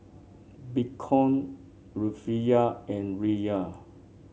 Bitcoin Rufiyaa and Riyal